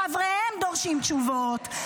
חבריהם דורשים תשובות,